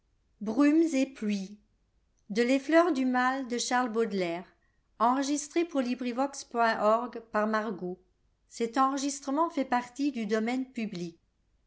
et vo lontaire les fleurs du mal ne